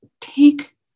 take